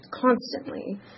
Constantly